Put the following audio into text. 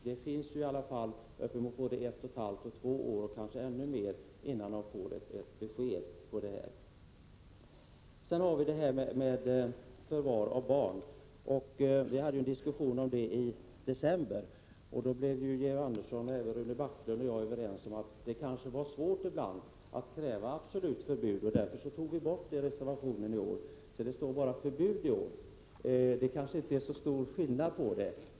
Det kan dröja uppemot ett och ett halvt till två år — och kanske ännu mer — innan de får besked. Sedan har vi också frågan om förvar av barn. Det hade vi en diskussion om i december. Då blev Georg Andersson, Rune Backlund och jag överens om att det kanske ibland var svårt att kräva ett absolut förbud. Därför tog vi bort den formuleringen från reservationen i år, så att det står bara ”förbud” i år, även om det kanske inte är så stor skillnad.